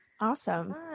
Awesome